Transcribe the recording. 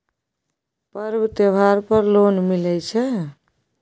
पर्व त्योहार पर लोन मिले छै?